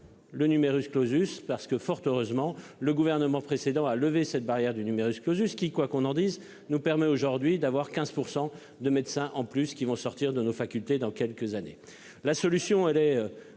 Le numerus clausus parce que fort heureusement le gouvernement précédent a levé cette barrière du numerus clausus qui quoi qu'on en dise nous permet aujourd'hui d'avoir 15% de médecins en plus qui vont sortir de nos facultés dans quelques années la solution elle est